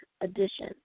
edition